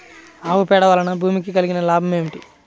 ఆవు పేడ వలన భూమికి కలిగిన లాభం ఏమిటి?